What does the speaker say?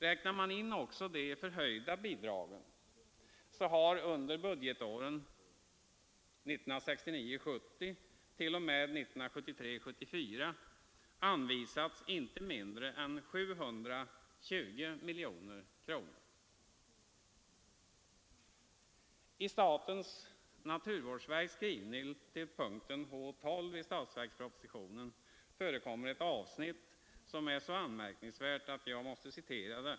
Räknar man in också de förhöjda bidragen har under budgetåren 1969 74 anvisats inte mindre än 720 miljoner propositionen förekommer ett avsnitt som är så anmärkningsvärt att jag måste citera det.